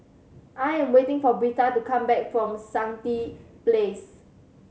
I am waiting for Britta to come back from Stangee Place